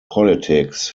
politics